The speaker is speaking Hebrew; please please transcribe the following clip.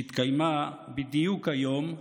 שהתקיימה בדיוק היום,